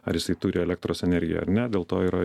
ar jisai turi elektros energiją ar ne dėl to yra